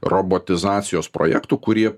robotizacijos projektų kurie